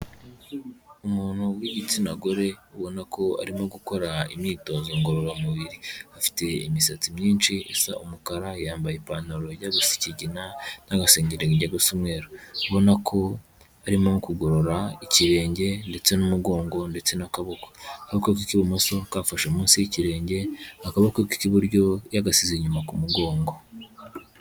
Umuntu w'igitsina gore ubona ko arimo gukora imyitozo ngororamubiri, afite imisatsi myinshi isa umukara yambaye ipantaro ijya gusa ikigina n'agasero ikajya gusa umweru. Ubona ko arimo kugorora ikirenge ndetse n'umugongo ndetse n'akaboko, akaboko ke k'ibumoso kafashe munsi y'ikirenge, akaboko ke k'iburyo yagasize inyuma ku mugongo.